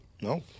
No